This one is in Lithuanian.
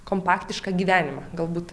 kompaktišką gyvenimą galbūt